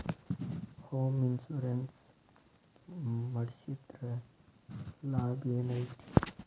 Home insurance ಮಡ್ಸಿದ್ರ ಲಾಭೆನೈತಿ?